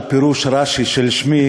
על פירוש רש"י של שמי.